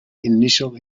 initial